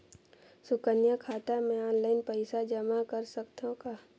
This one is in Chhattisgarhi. सुकन्या खाता मे ऑनलाइन पईसा जमा कर सकथव का?